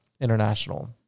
international